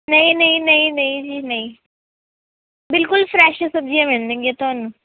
ਨਹੀਂ ਨਹੀਂ ਨਹੀਂ ਨਹੀਂ ਜੀ ਨਹੀਂ ਬਿਲਕੁੱਲ ਫ਼੍ਰੈਸ਼ ਸਬਜ਼ੀਆਂ ਮਿਲਣਗੀਆਂ ਤੁਹਾਨੂੰ